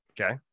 Okay